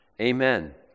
Amen